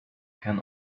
can